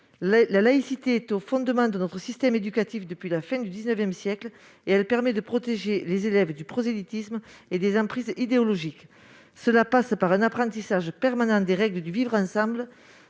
La laïcité est au fondement de notre système éducatif depuis la fin du XIX siècle ; elle permet de protéger les élèves du prosélytisme et des emprises idéologiques. Cela passe par un apprentissage permanent des règles du vivre ensemble